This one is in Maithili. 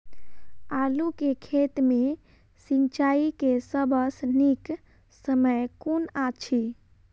आलु केँ खेत मे सिंचाई केँ सबसँ नीक समय कुन अछि?